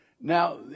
Now